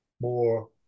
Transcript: more